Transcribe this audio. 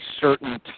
certain